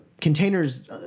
container's